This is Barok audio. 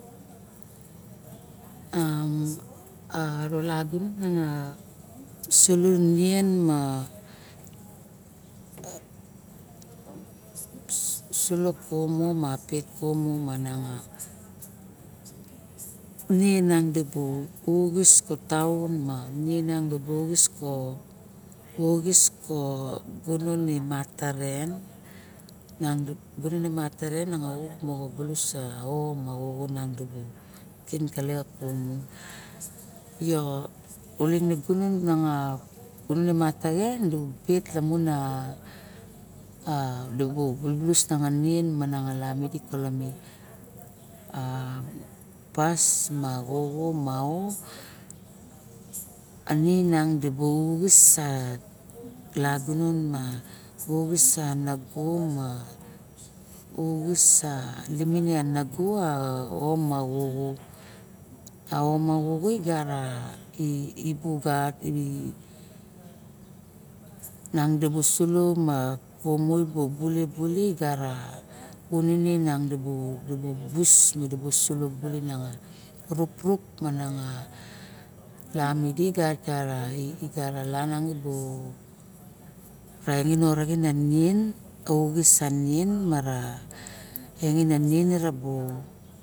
A ura lagunon solo nien ma sulo kumu mi pit kumu mama nien miang dibu uxis kataon ma dibu uxis ko gunon i mat taren niang auk mo xo uxis ko gunon i mat oxoxo kin bale kumu yo ulin manga gunon e mat a xen dibu pet lamon a nian mana lami di kolome a basna oxo manin ming dibu uxis lagunon uxis na buo bulibuli igara kunin niang dibu yu madi buli buli ruk ruk mananga lamu di gat lavangi prain ongini oxus a nin arobo oxis